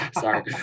sorry